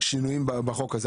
שינויים בחוק הזה.